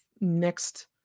next